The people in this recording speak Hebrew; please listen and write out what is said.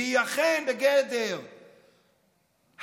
והיא אכן בגדר "ההזנחת,